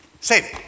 save